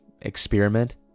experiment